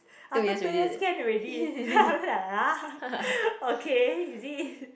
after two years can already then after !huh! okay is it